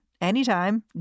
anytime